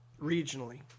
regionally